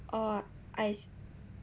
oh I